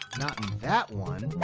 not in that one.